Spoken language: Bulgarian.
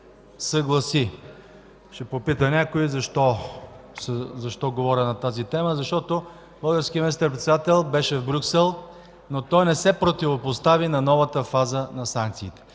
съгласи. Някой ще попита защо говоря на тази тема? Защото българският министър-председател беше в Брюксел, но той не се противопостави на новата фаза на санкциите.